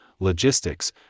Logistics